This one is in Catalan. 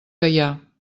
gaià